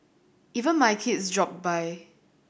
even my kids dropped by